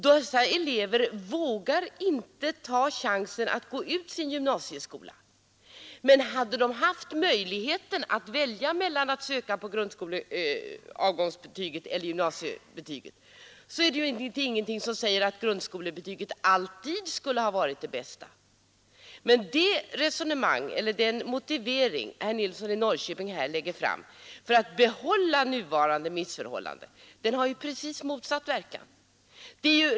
Dessa elever vågar inte ta chansen att gå ut sin gymnasieskola, men hade de haft möjligheten att välja mellan att söka på grundskolebetyget och att söka på gymnasiebetyget är det intenting som säger att grundskolebetyget alltid skulle ha varit det bästa. Men den motivering som herr Nilsson i Norrköping här lägger fram för att behålla nuvarande missförhållande har precis motsatt verkan.